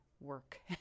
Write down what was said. work